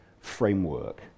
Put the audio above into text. framework